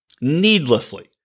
needlessly